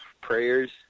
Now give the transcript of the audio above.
prayers